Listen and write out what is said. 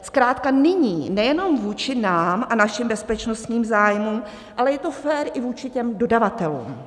Zkrátka nyní, nejenom vůči nám a našim bezpečnostním zájmům, ale je to fér i vůči těm dodavatelům.